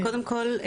קודם כול,